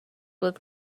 with